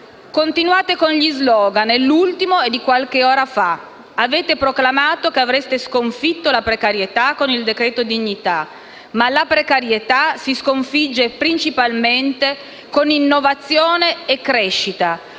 Continuate con gli *slogan* e l'ultimo è di qualche ora fa: avete proclamato che avreste sconfitto la precarietà con il cosiddetto decreto dignità. La precarietà però si sconfigge principalmente con innovazione e crescita,